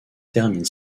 termine